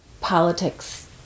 politics